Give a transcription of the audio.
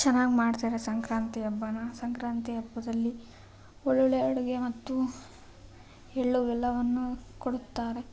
ಚೆನ್ನಾಗಿ ಮಾಡ್ತಾರೆ ಸಂಕ್ರಾಂತಿ ಹಬ್ಬನ ಸಂಕ್ರಾಂತಿ ಹಬ್ಬದಲ್ಲಿ ಒಳ್ಳೊಳ್ಳೆ ಅಡುಗೆ ಮತ್ತು ಎಳ್ಳು ಬೆಲ್ಲವನ್ನು ಕೊಡುತ್ತಾರೆ